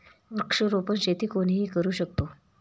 वृक्षारोपण शेती कोणीही करू शकतो